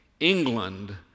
England